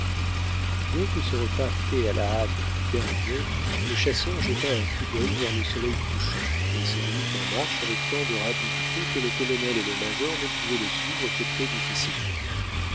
dès que ce repas fait à la hâte fut terminé le chasseur jeta un coup d'œil vers le soleil couchant et se remit en marche avec tant de rapidité que le colonel et le major ne pouvaient le suivre que très difficilement